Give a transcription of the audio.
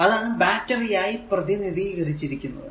അതാണ് ബാറ്ററി ആയി പ്രതിനിതീകരിച്ചിരിക്കുന്നതു